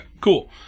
cool